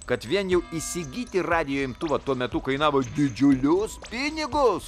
kad vien jau įsigyti radijo imtuvą tuo metu kainavo didžiulius pinigus